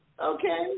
Okay